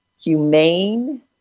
humane